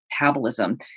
metabolism